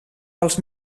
pels